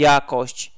Jakość